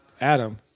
Adam